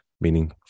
meaning